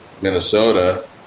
Minnesota